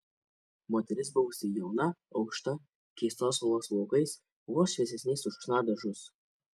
moteris buvusi jauna aukšta keistos spalvos plaukais vos šviesesniais už chna dažus